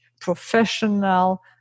professional